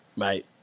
Mate